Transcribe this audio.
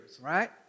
right